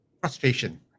Frustration